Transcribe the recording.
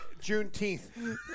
Juneteenth